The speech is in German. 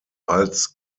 als